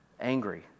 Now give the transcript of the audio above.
angry